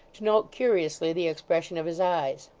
to note curiously the expression of his eyes.